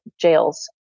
jails